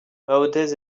maodez